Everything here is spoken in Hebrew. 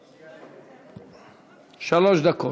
אני מוותר.